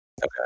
Okay